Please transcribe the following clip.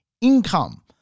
income